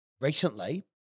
recently